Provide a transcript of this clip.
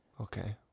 okay